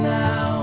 now